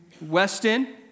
Weston